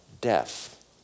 death